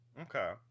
okay